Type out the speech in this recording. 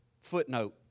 footnote